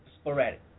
sporadic